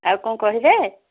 ଆଉ କ'ଣ କହିବେ